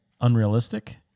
unrealistic